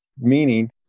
meaning